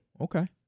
okay